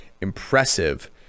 impressive